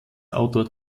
autor